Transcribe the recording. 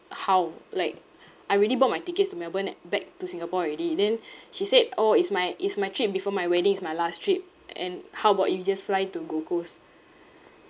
how like I already bought my tickets to melbourne and back to singapore already then she said orh it's my it's my trip before my wedding it's my last trip and how about you just fly to gold coast